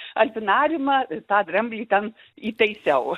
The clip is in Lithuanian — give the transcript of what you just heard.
alpinariumą tą dramblį ten įtaisiau